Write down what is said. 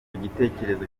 igitekerezo